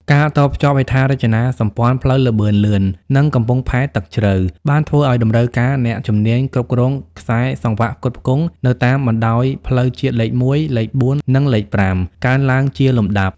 ការតភ្ជាប់ហេដ្ឋារចនាសម្ព័ន្ធផ្លូវល្បឿនលឿន និងកំពង់ផែទឹកជ្រៅ បានធ្វើឱ្យតម្រូវការអ្នកជំនាញគ្រប់គ្រងខ្សែសង្វាក់ផ្គត់ផ្គង់នៅតាមបណ្ដោយផ្លូវជាតិលេខ ១, លេខ ៤ និងលេខ ៥ កើនឡើងជាលំដាប់។